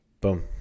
Boom